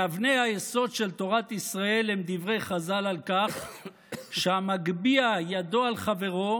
מאבני היסוד של תורת ישראל הם דברי חז"ל: "המגביה ידו על חברו,